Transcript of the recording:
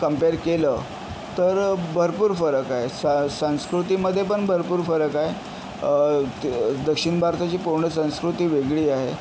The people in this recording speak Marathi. कंपेयर केलं तर भरपूर फरक आहे सा संस्कृतीमध्ये पण भरपूर फरक आहे द दक्षिण भारताची पूर्ण संस्कृती वेगळी आहे